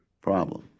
problem